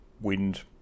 wind